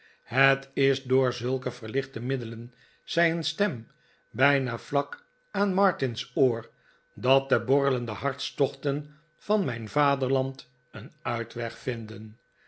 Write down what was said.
kleedinghet is door zulke verlichte middelen zei een stem bijna vlak aan martin's oor dat de borrelende hartstochten van mun vaderland een uitweg vinden